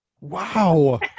wow